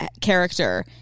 character